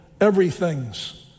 everythings